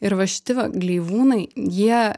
ir va šiti va gleivūnai jie